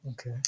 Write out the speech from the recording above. Okay